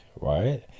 right